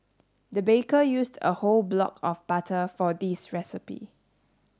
the baker used a whole block of butter for this recipe